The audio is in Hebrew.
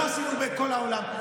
לא עשינו בכל העולם.